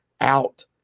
out